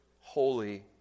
Holy